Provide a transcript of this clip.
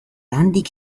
handik